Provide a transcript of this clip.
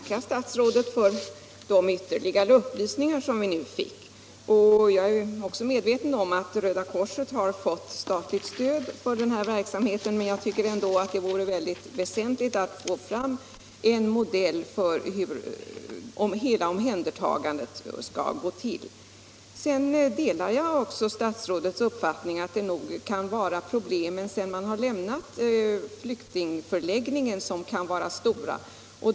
Herr talman! Jag ber att få tacka statsrådet för de ytterligare upplysningar som vi nu fick. Jag är medveten om att Röda korset har fått statligt stöd för denna verksamhet. Men jag tycker ändå att det vore mycket väsentligt att få fram en modell för hur hela omhändertagandet skall gå till. Sedan delar jag också statsrådets uppfattning att problemen efter det att man lämnat flyktingförläggningen kan vara stora.